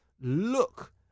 look